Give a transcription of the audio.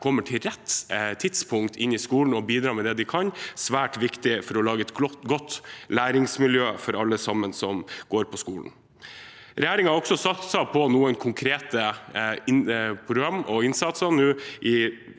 kommer til rett tidspunkt inn i skolen og bidrar med det de kan, svært viktig for å lage et godt læringsmiljø for alle som går på skolen. Regjeringen har også satset på noen konkrete programmer og innsatser